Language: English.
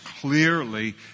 clearly